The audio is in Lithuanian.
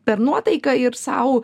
per nuotaiką ir sau